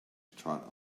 trot